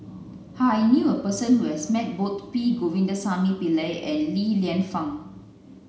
I knew a person who has met both P Govindasamy Pillai and Li Lienfung